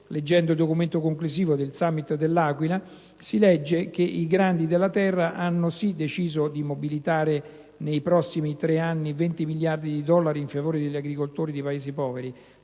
leggendo il documento conclusivo del *Summit* dell'Aquila, si legge che i grandi della terra hanno sì deciso di mobilitare nei prossimi tre anni 20 miliardi di dollari in favore degli agricoltori dei Paesi poveri,